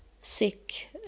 sick